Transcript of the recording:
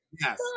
Yes